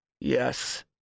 Yes